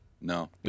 No